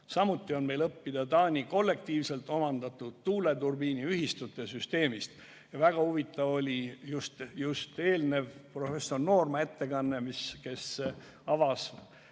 Samuti on meil õppida Taani kollektiivselt omandatud tuuleturbiiniühistute süsteemist. Väga huvitav oli just eelnev, professor Noorma ettekanne, mis avas